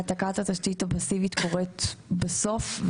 העתקת התשתית הפאסיבית מתרחשת בסוף,